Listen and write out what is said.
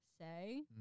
say